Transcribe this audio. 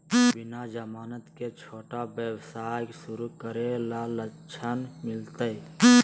बिना जमानत के, छोटा व्यवसाय शुरू करे ला ऋण मिलतई?